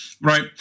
right